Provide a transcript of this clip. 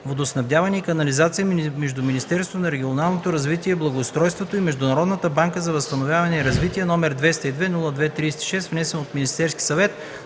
водоснабдяване и канализация между Министерството на регионалното развитие и благоустройството и Международната банка за възстановяване и развитие, № 202–02–36, внесен от Министерския съвет